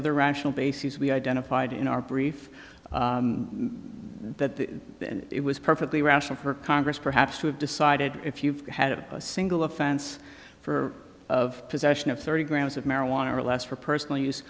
r rational bases we identified in our brief that it was perfectly rational for congress perhaps to have decided if you've had a single offense for of possession of thirty grams of marijuana or less for personal use